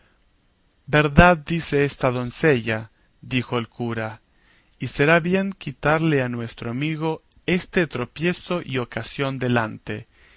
verdad dice esta doncella dijo el cura y será bien quitarle a nuestro amigo este tropiezo y ocasión delante